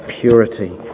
purity